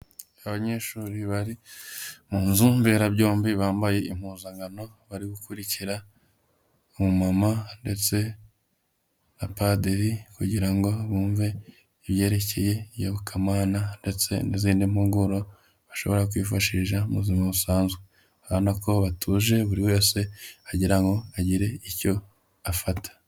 Abanyeshuri bari mu nzu mberabyombi, bambaye impuzankano, bari gukurikira umumama ndetse na padiri, kugira ngo bumve ibyerekeye iyobokamana, ndetse n'izindi mpuguro bashobora kwifashisha mu buzima busanzwe, urabona ko batuje, buri wese agira ngo agire icyo afata.